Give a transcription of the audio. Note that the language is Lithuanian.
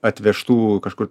atvežtų kažkur